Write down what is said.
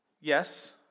Yes